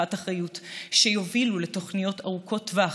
ולקיחת אחריות שיובילו לתוכניות ארוכות טווח,